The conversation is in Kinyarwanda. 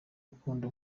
rukundo